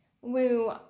woo